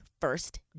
first